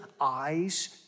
eyes